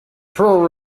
pro